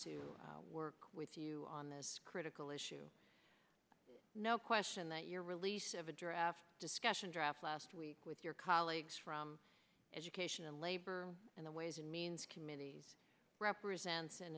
to work with you on this critical issue no question that your release of a draft discussion draft last week with your colleagues from education and labor and the ways and means committee represents an